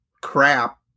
crap